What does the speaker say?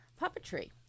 puppetry